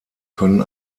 können